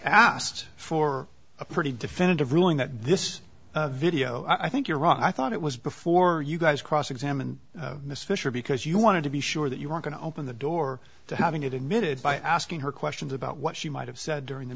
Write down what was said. asked for a pretty definitive ruling that this video i think you're right i thought it was before you guys cross examined this fissure because you wanted to be sure that you were going to open the door to having it emitted by asking her questions about what she might have said during the